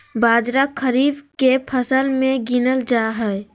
बाजरा खरीफ के फसल मे गीनल जा हइ